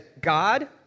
God